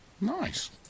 Nice